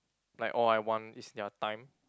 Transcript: like all I want is their time